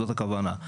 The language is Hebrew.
זאת הכוונה.